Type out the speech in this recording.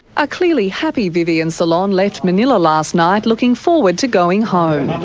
a clearly happy vivian solon left manilla last night looking forward to going home.